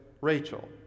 Rachel